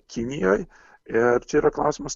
kinijoj ir čia yra klausimas